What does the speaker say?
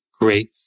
great